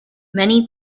many